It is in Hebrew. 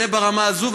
זה ברמה הזאת.